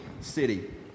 city